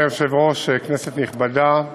אדוני היושב-ראש, כנסת נכבדה,